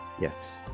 Yes